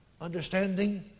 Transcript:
understanding